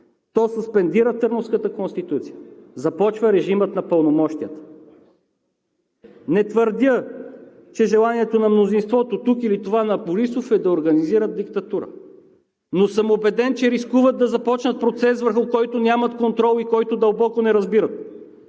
то суспендира Търновската конституция, започва режимът на пълномощията. Не твърдя, че желанието на мнозинството тук или това на Борисов е да организира диктатура, но съм убеден, че рискуват да започнат процес, върху който няма контрол и който дълбоко не разбират.